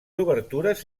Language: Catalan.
obertures